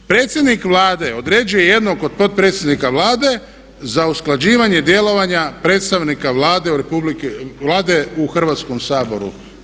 Predsjednik Vlade određuje jednog od potpredsjednika Vlade za usklađivanje djelovanja predstavnika Vlade u Hrvatskom saboru.